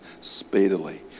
speedily